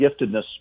giftedness